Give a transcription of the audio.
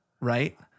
right